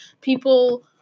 People